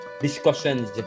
discussions